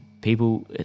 people